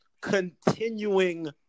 continuing